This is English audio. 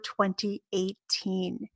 2018